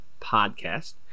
podcast